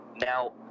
Now